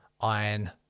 iron